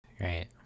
Right